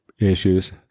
issues